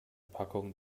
packung